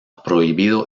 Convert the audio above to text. prohibido